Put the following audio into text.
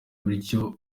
bityo